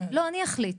לא, אני אחליט.